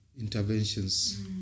interventions